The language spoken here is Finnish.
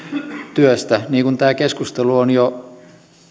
työstä niin kuin tämä keskustelu on jo